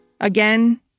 Again